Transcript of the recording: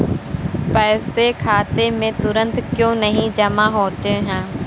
पैसे खाते में तुरंत क्यो नहीं जमा होते हैं?